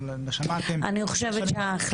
אז אני כבר העברתי את הדברים.